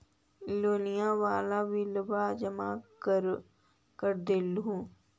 लोनिया वाला बिलवा जामा कर देलहो?